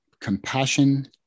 compassion